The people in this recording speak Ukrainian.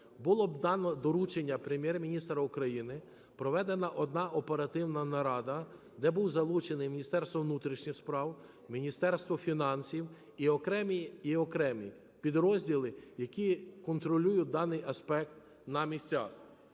Було дано доручення Прем'єр-міністра України, проведена одна оперативна нарада, де були залучені Міністерство внутрішніх справ, Міністерство фінансів і окремі підрозділи, які контролюють даний аспект на місцях.